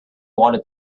wanted